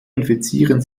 infizieren